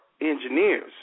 engineers